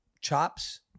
chops